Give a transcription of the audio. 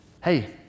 hey